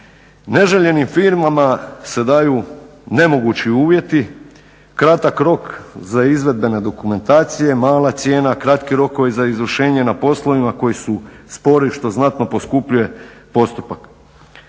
neželjenim firmama se daju nemogući uvjeti, kratak rok za izvedbene dokumentacije, mala cijena, kratki rokovi za izvršenje ne poslovima koji su spori što znatno poskupljuje postupak.